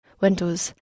Windows